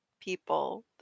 people